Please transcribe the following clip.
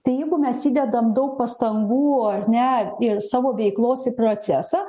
tai jeigu mes įdedam daug pastangų ar ne ir į savo veiklos į procesą